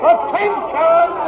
Attention